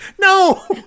No